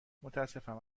متاسفم